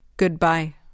Goodbye